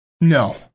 No